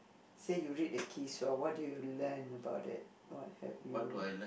say you read a case what do you learnt about it what have you